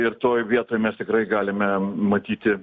ir toj vietoj mes tikrai galime matyti